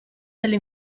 delle